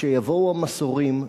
כשיבואו המסורים,